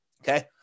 Okay